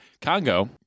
Congo